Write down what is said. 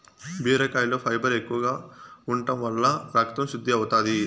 బీరకాయలో ఫైబర్ ఎక్కువగా ఉంటం వల్ల రకతం శుద్ది అవుతాది